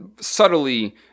subtly